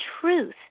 truth